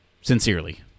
Sincerely